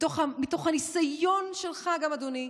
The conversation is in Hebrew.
מתוך הניסיון שלך גם, אדוני.